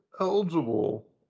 eligible